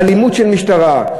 אלימות של משטרה,